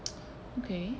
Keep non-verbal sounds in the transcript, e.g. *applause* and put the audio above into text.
*noise* okay